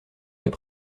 fait